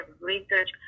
research